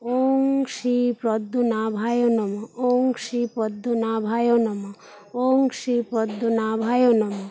ওম শ্রী পদ্মনাভায় নমঃ ওম শ্রী পদ্মনাভায় নমঃ ওম শ্রী পদ্মনাভায় নমঃ